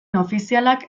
ofizialak